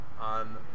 on